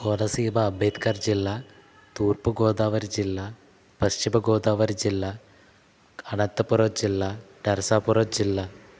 కోనసీమ అంబేద్కర్ జిల్లా తూర్పు గోదావరి జిల్లా పశ్చిమ గోదావరి జిల్లా అనంతపురం జిల్లా నరసాపురం జిల్లా